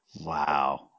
Wow